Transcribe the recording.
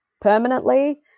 permanently